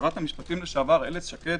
שרת המשפטים לשעבר אילת שקד.